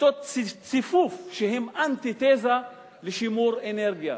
ציפוף שהן אנטיתזה לשימור אנרגיה,